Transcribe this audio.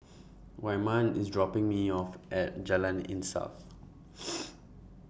Wyman IS dropping Me off At Jalan Insaf